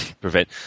prevent